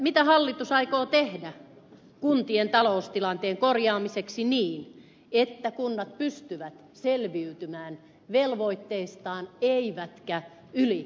mitä hallitus aikoo tehdä kuntien taloustilanteen korjaamiseksi niin että kunnat pystyvät selviytymään velvoitteistaan eivätkä ylivelkaannu